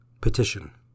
Petition